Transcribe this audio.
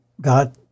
God